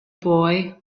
boy